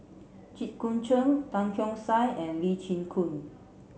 Jit Koon Ch'ng Tan Keong Saik and Lee Chin Koon